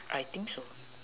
I think so